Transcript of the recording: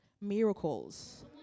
Miracles